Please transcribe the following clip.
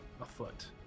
afoot